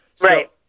right